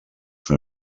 for